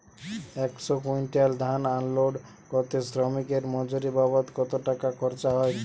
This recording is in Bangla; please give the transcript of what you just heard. একশো কুইন্টাল ধান আনলোড করতে শ্রমিকের মজুরি বাবদ কত টাকা খরচ হয়?